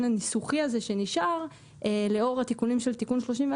הניסוחי הזה שנשאר לאור התיקונים של תיקון 30,